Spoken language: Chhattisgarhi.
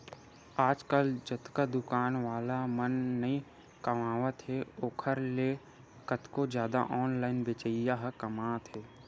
आजकल जतका दुकान वाला मन नइ कमावत हे ओखर ले कतको जादा ऑनलाइन बेचइया ह कमावत हें